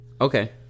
Okay